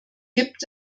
gibt